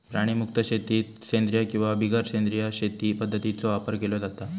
प्राणीमुक्त शेतीत सेंद्रिय किंवा बिगर सेंद्रिय शेती पध्दतींचो वापर केलो जाता